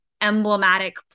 emblematic